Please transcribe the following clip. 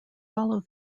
follow